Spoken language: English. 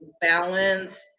balance